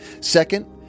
Second